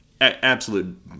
absolute